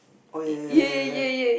oh ya ya ya ya ya